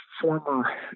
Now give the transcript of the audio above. former